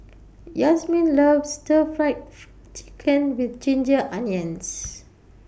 Yasmine loves Stir Fried Chicken with Ginger Onions